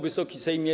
Wysoki Sejmie!